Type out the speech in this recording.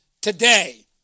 today